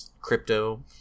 Crypto